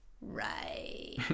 Right